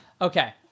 Okay